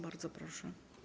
Bardzo proszę.